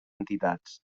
entitats